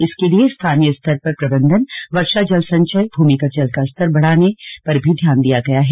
इसके लिए स्थानीय स्तर पर प्रबंधन वर्षा जल संचय भूमिगत जल का स्तर बढ़ाने पर भी ध्यान दिया गया है